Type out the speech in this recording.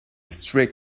strict